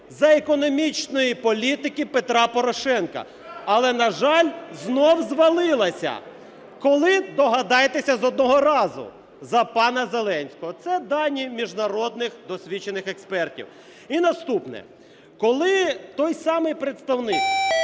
За економічної політики Петра Порошенка. Але, на жаль, знову звалилася – коли, догадайтеся з одного разу – за пана Зеленського. Це дані міжнародних досвідчених експертів. І наступне. Коли той самий представник